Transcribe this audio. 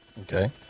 Okay